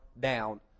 down